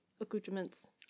accoutrements